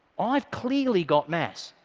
i've clearly got mass.